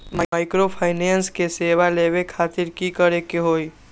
Microfinance के सेवा लेबे खातीर की करे के होई?